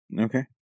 Okay